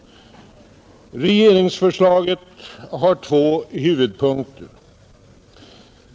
Regeringsförslaget har två huvudpunkter.